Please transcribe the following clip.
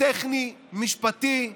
טכני משפטי בלבד,